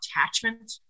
attachment